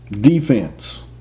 defense